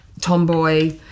tomboy